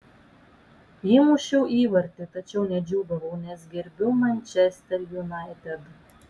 įmušiau įvartį tačiau nedžiūgavau nes gerbiu manchester united